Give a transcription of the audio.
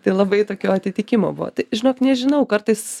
tai labai tokio atitikimo buvo tai žinok nežinau kartais